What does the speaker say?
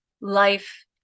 life